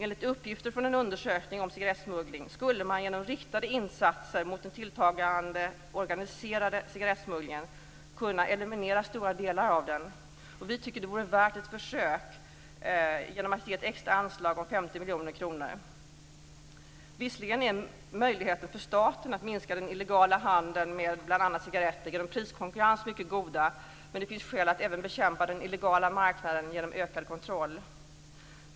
Enligt uppgifter från en undersökning om cigarettsmuggling skulle man genom riktade insatser mot den tilltagande organiserade cigarettsmugglingen kunna eliminera stora delar av den. Visserligen är möjligheten för staten att minska den illegala handeln med bl.a. cigaretter genom priskonkurrens mycket goda, men det finns skäl att även bekämpa den illegala marknaden genom ökad kontroll.